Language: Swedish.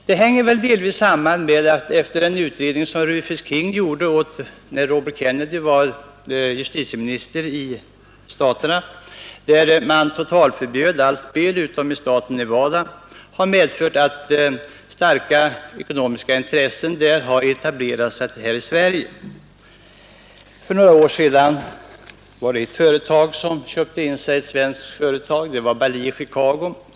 Det hänger väl delvis samman med att man i Förenta staterna, efter en utredning som Rufus King gjorde när Robert Kennedy var justitieminister, totalförbjöd allt spel utom i staten Nevada. Det har medfört att starka ekonomiska intressen i USA har etablerat sig här i Sverige. För några år sedan var det ett företag som köpte in sig i ett svenskt företag — Bally i Chicago.